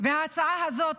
וההצעה הזאת